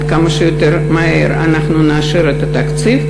עד כמה שיותר מהר אנחנו נאשר את התקציב,